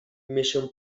mission